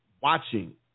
watching